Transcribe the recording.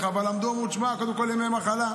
אבל עמדו שזה קודם כול יהיה ימי מחלה.